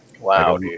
Wow